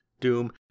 Doom